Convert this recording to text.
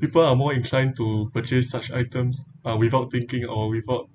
people are more inclined to purchase such items uh without thinking or without